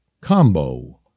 Combo